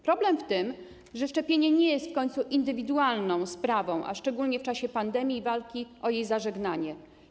Problem w tym, że szczepienie nie jest w końcu indywidualną sprawą, a szczególnie w czasie pandemii i walki o jej zażegnanie.